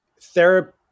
therapy